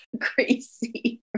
Crazy